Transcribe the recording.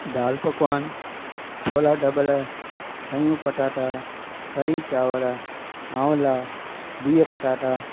दाल पकवान छोला ढॿल सयूं पटाटा कढ़ी चांवर आंवला बिह पटाटा